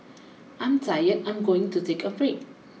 I'm tired I'm going to take a break